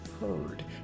heard